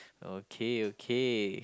okay okay